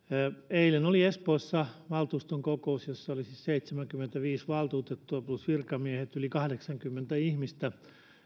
eilen oli espoossa valtuuston kokous jossa oli siis seitsemänkymmentäviisi valtuutettua plus virkamiehet yli kahdeksankymmentä ihmistä